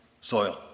soil